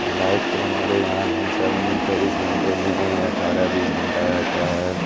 light تو ہمارے یہاں لم سم چوبیس گھنٹے میں اٹھارہ بیس گھنٹہ رہتا ہے